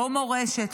לא מורשת,